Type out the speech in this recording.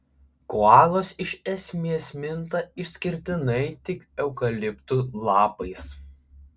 koalos iš esmės minta išskirtinai tik eukaliptų lapais